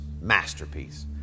masterpiece